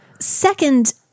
Second